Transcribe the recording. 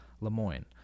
Lemoyne